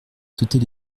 sauter